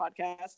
podcast